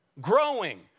Growing